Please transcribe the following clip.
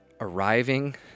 arriving